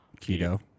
Keto